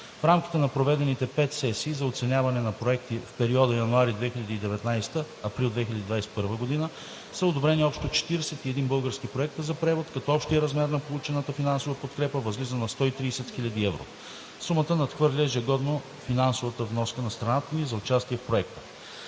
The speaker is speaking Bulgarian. В рамките на проведените пет сесии за оценяване на проекти в периода януари 2019 – април 2021 г. са одобрени общо 41 български проекта за превод, като общият размер на получената финансова подкрепа възлиза на 130 хил. евро. Сумата надхвърля ежегодно финансовата вноска на страната ни за участие в проекта.